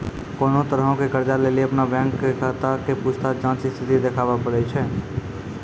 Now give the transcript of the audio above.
कोनो तरहो के कर्जा लेली अपनो बैंक खाता के पूछताछ जांच स्थिति देखाबै पड़ै छै